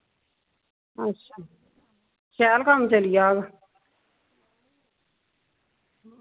अच्छा शैल कम्म चली जाह्ग